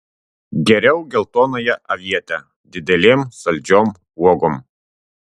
geriau geltonąją avietę didelėm saldžiom uogom